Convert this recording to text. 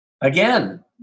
again